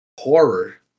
Horror